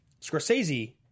Scorsese